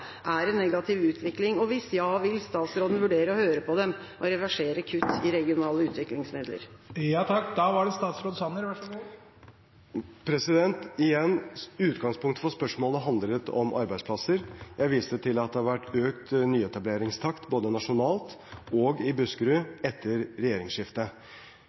er en negativ utvikling, er sant? Hvis ja, vil statsråden vurdere å høre på dem og reversere kutt i regionale utviklingsmidler? Igjen: Utgangspunktet for spørsmålet handlet om arbeidsplasser. Jeg viste til at det har vært økt nyetableringstakt både nasjonalt og i Buskerud etter regjeringsskiftet.